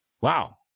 Wow